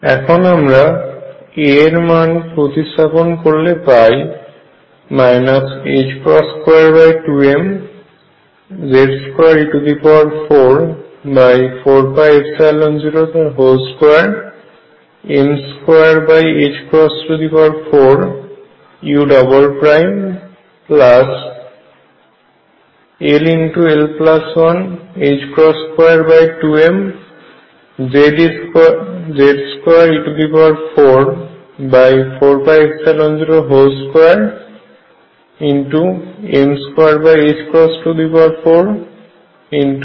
এখন আমরা a এর মান প্রতিস্থাপন করলে পাই 22mZ2e44π02m24ull122mZ2e44π02m24ux2 Ze24π0Ze2m4π021xu